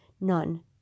none